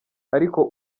ariko